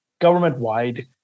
government-wide